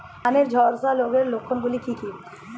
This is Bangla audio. ধানের ঝলসা রোগের লক্ষণগুলি কি কি?